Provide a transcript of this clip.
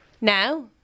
Now